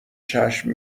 چشم